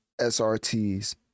SRTs